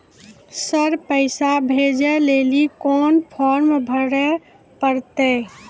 Sir पैसा भेजै लेली कोन फॉर्म भरे परतै?